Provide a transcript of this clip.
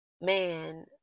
man